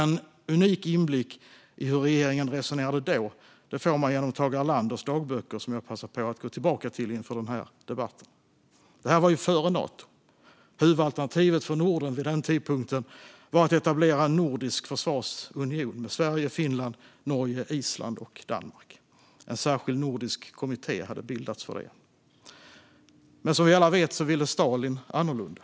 En unik inblick i hur regeringen resonerade då får man genom Tage Erlanders dagböcker, som jag passade på att gå tillbaka till inför den här debatten. Det här var ju före Nato, och huvudalternativet för Norden var vid denna tidpunkt att etablera en nordisk försvarsunion med Sverige, Finland, Norge, Island och Danmark. En särskild nordisk kommitté hade bildats för det. Men som vi alla vet ville Stalin annorlunda.